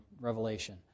Revelation